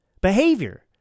behavior